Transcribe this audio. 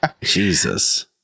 Jesus